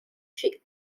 she